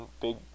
big